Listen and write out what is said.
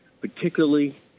particularly